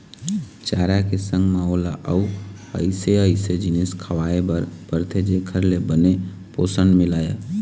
चारा के संग म ओला अउ अइसे अइसे जिनिस खवाए बर परथे जेखर ले बने पोषन मिलय